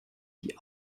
die